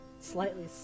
slightly